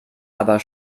aber